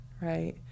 right